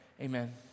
amen